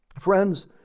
Friends